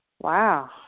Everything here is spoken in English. Wow